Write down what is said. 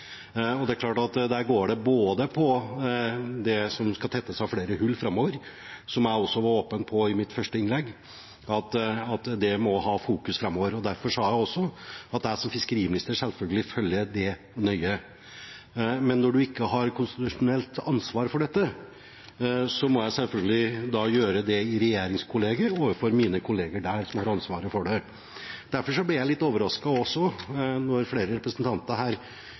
Det er klart at det der går på det som skal tettes av flere hull framover, noe jeg også var åpen om i mitt første innlegg. Det må stå i fokus framover. Derfor sa jeg også at jeg som fiskeriminister selvfølgelig følger det nøye. Men når jeg ikke har konstitusjonelt ansvar for dette, må jeg selvfølgelig gjøre det i regjeringskollegiet – overfor mine kolleger der som har ansvaret for det. Derfor blir jeg også litt overrasket når flere representanter her